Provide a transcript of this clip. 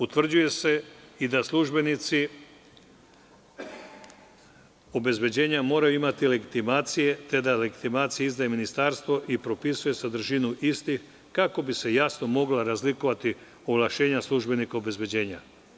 Utvrđuje se i da službenici obezbeđenja moraju imati legitimacije, da te legitimacije izdaje ministarstvo i propisuje sadržinu istih, kako bi se jasno mogla razlikovati ovlašćenja službenika obezbeđenja.